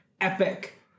epic